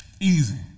Easy